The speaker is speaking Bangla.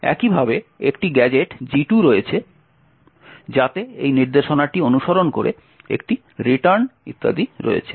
একইভাবে একটি গ্যাজেট G2 রয়েছে যাতে এই নির্দেশনাটি অনুসরণ করে একটি রিটার্ন ইত্যাদি রয়েছে